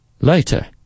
Later